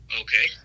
okay